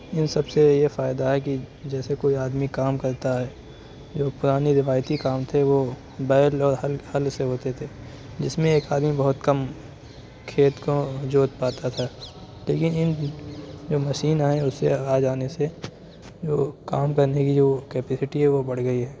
اِن سب سے یہ فائدہ ہے کہ جیسے کوئی آدمی کام کرتا ہے جو پرانے روایتی کام تھے وہ بیل اور ہل سے ہوتے تھے جس میں ایک آدمی بہت کم کھیت کو جوت پاتا تھا تو یہ اِن جو مشین آئے اسے آ جانے سے وہ کام کرنے کی جو کیپیسٹی ہے وہ بڑھ گئی ہے